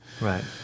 Right